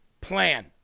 plan